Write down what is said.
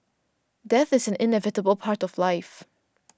death is an inevitable part of life